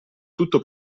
tutto